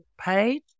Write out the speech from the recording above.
page